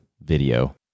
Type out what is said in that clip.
Video